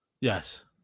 Yes